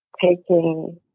taking